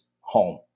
home